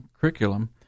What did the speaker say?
curriculum